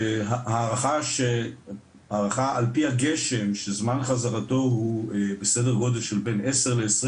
שהערכה על פי הגשם שזמן חזרתו הוא בסדר גודל של בין 10 ל-20